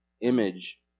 image